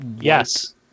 Yes